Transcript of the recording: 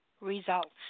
results